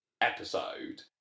episode